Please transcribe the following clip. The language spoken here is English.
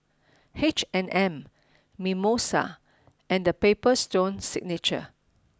H and M Mimosa and The Paper Stone Signature